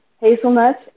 Hazelnuts